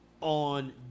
on